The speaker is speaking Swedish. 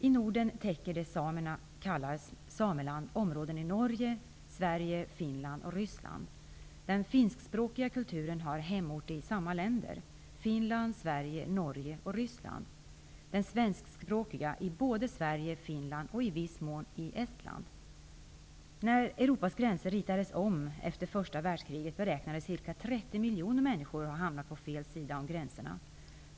I Norden täcker det som samerna kallar Ryssland. Den finskspråkiga kulturen har sin hemort i nämnda länder -- alltså i Finland, Sverige, Norge och Ryssland. Den svensspråkiga kulturen har sin hemort i Sverige, Finland och, i viss mån, När Europas gränser ritades om efter första världskriget beräknades ca 30 miljoner människor ha hamnat på fel sida av gränserna.